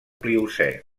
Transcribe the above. pliocè